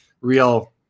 real